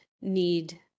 need